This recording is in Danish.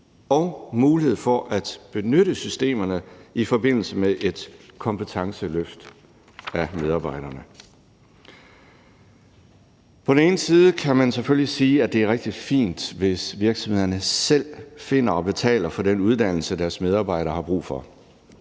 og mulighed for at benytte systemerne i forbindelse med et kompetenceløft af medarbejderne. Man kan selvfølgelig sige, at det er rigtig fint, hvis virksomhederne selv finder og betaler for den uddannelse, deres medarbejdere har brug for,